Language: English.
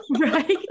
Right